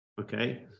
okay